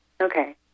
Okay